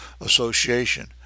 association